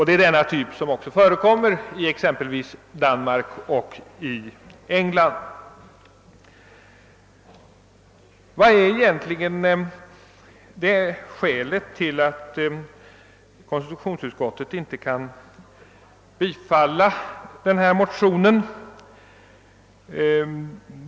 Det är den typen som förekommer i exempelvis Danmark och England. Vad är egentligen skälet till att konstitutionsutskottet inte har kunnat biträda vår motion?